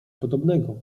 podobnego